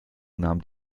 nahm